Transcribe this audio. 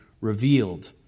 revealed